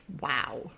Wow